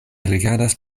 rigardas